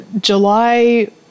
July